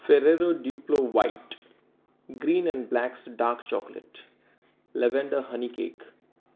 Ferrero Duplo white green and blacks dark chocolate lavender honey cake